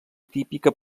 típica